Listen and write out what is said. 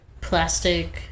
plastic